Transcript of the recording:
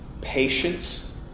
patience